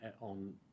on